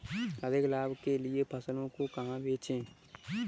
अधिक लाभ के लिए फसलों को कहाँ बेचें?